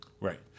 Right